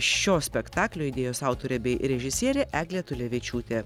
šio spektaklio idėjos autorė bei režisierė eglė tulevičiūtė